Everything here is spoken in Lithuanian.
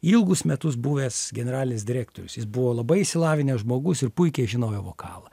ilgus metus buvęs generalinis direktorius jis buvo labai išsilavinęs žmogus ir puikiai žinojo vokalą